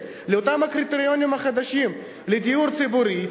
לאותם קריטריונים חדשים לדיור הציבורי,